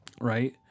right